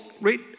right